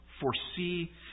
foresee